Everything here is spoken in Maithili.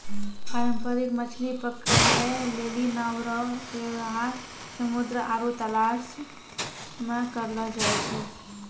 पारंपरिक मछली पकड़ै लेली नांव रो वेवहार समुन्द्र आरु तालाश मे करलो जाय छै